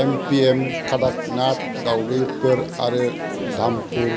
M P M Kadaknath दावदैफोर आरो धामपुर